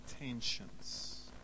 intentions